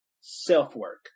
self-work